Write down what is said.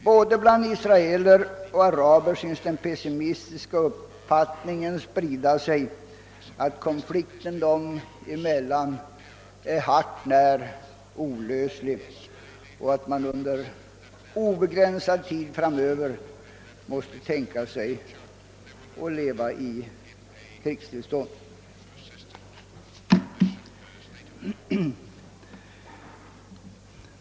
Både bland israeler och araber synes den pessimistiska uppfattningen sprida sig, att konflikten dem emellan är hart när olöslig och att man under obegränsad tid framöver måste tänka sig att leva i krigstillstånd.